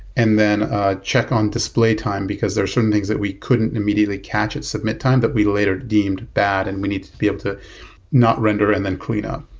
and then check on display time, because there are some things that we couldn't immediately catch at submit time that we later deemed bad and we needed to be able to not render and then cleanup.